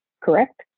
Correct